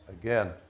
again